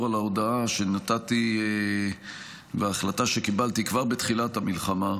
על ההודעה שנתתי בהחלטה שקיבלתי כבר בתחילת המלחמה,